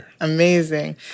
Amazing